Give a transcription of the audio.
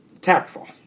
tactful